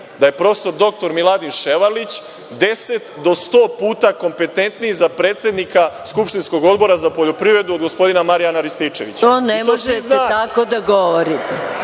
da je prof. dr Miladin Ševarlić deset do 100 puta kompetentniji za predsednika skupštinskog Odbora za poljoprivredu od gospodina Marijana Rističevića… **Maja Gojković** To ne možete tako da govorite.